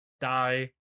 die